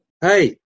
hey